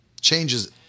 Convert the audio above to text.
changes